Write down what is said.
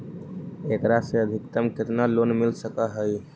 एकरा से अधिकतम केतना लोन मिल सक हइ?